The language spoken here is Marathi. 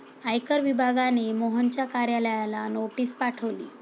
आयकर विभागाने मोहनच्या कार्यालयाला नोटीस पाठवली